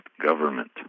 government